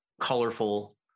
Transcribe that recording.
colorful